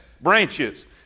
branches